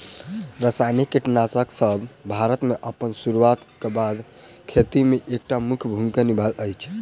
रासायनिक कीटनासकसब भारत मे अप्पन सुरुआत क बाद सँ खेती मे एक टा मुख्य भूमिका निभायल अछि